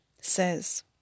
says